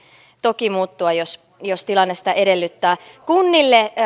toki muuttua jos jos tilanne sitä edellyttää kunnille